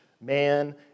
man